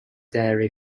dairy